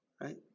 right